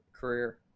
career